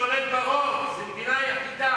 המיעוט שולט ברוב, זאת המדינה היחידה.